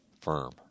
firm